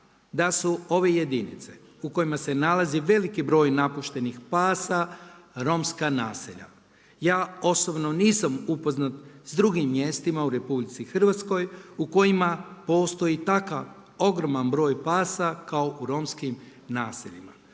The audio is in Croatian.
da su ove jedinice u kojima se nalazi veliki broj napuštenih pasa romska naselja. Ja osobno nisam upoznat sa drugim mjestima u RH u kojima postoji takav ogroman broj pasa kao u romskim naseljima.